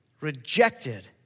Rejected